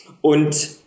und